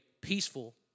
peaceful